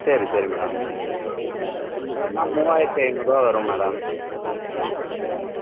சரி சரி madam one டேனால் மூவாயிரத்து ஐநூறு ரூபா வரும் மேடம் அப்புறம்